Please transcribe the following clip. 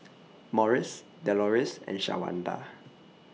Morris Doloris and Shawanda